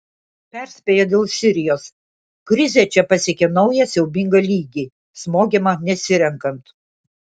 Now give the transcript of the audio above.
perspėja dėl sirijos krizė čia pasiekė naują siaubingą lygį smogiama nesirenkant